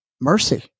mercy